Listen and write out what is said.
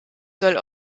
soll